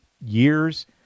years